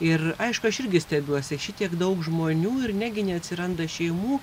ir aišku aš irgi stebiuosi šitiek daug žmonių ir negi neatsiranda šeimų